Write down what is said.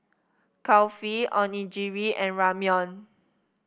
Kulfi Onigiri and Ramyeon